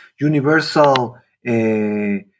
universal